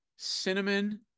Cinnamon